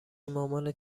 مامانت